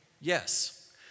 Yes